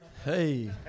Hey